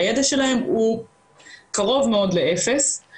הידע שלהם הוא קרוב מאוד לאפס.